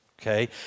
okay